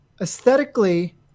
Aesthetically